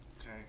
okay